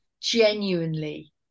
genuinely